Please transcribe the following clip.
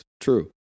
true